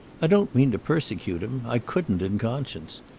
i don't mean to persecute him i couldn't in conscience.